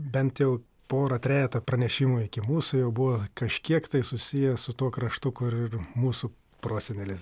bent jau pora trejeta pranešimų iki mūsų jau buvo kažkiek tai susiję su tuo kraštu kur ir mūsų prosenelis